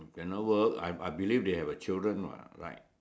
when I work I I believe they have a children what right